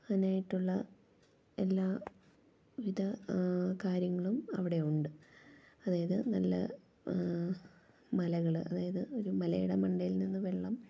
അതിനായിട്ടുള്ള എല്ലാ വിധ കാര്യങ്ങളും അവിടെയുണ്ട് അതായത് നല്ല മലകൾ അതായത് ഒരു മലേടെ മണ്ടേൽ നിന്ന് വെള്ളം